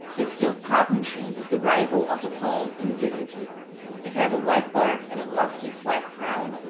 the silk-cotton tree is the rival of the palm in dignity it has a white bark and a lofty flat crown.